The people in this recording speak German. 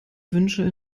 wünsche